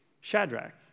Shadrach